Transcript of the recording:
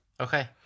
Okay